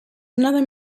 another